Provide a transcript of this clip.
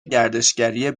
گردشگری